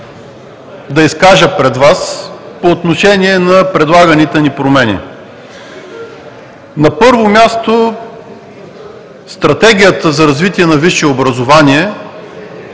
съображения по отношение на предлаганите ни промени. На първо място, Стратегията за развитие на висшето образование,